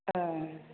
ओह